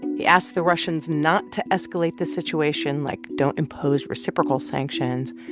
he asked the russians not to escalate the situation. like, don't impose reciprocal sanctions.